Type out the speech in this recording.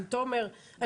עם תומר.